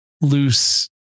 loose